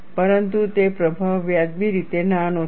પરંતુ તે પ્રભાવ વ્યાજબી રીતે નાનો છે